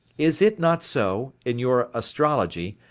is it not so, in your astrology,